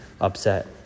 upset